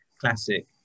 classic